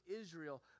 Israel